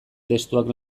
testuak